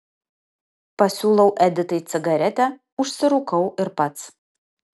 pasiūlau editai cigaretę užsirūkau ir pats